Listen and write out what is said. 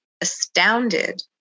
astounded